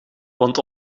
want